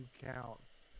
counts